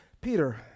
Peter